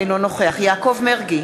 אינו נוכח יעקב מרגי,